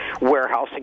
warehousing